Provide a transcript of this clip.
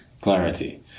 clarity